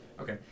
Okay